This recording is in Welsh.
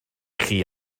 chi